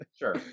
sure